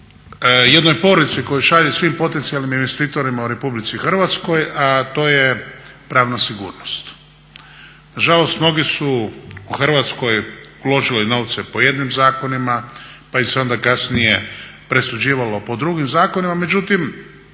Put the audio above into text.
jednoj poruci koju šalje svim potencijalnim investitorima u RH a to je pravna sigurnost. Na žalost mnogi su u Hrvatskoj uložili novce po jednim zakonima, pa im se onda kasnije presuđivalo po drugim zakonima. Međutim,